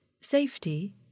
safety